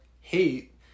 hate